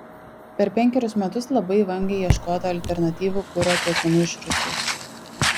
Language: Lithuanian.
per penkerius metus labai vangiai ieškota alternatyvų kuro tiekimui iš rusijos